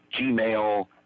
Gmail